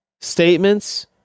statements